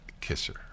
kisser